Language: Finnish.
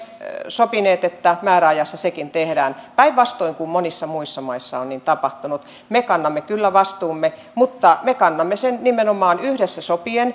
sopineet että määräajassa sekin tehdään päinvastoin kuin monissa muissa maissa on tapahtunut me kannamme kyllä vastuumme mutta me kannamme sen nimenomaan yhdessä